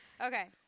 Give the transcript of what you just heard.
Okay